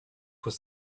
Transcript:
was